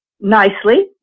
nicely